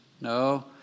no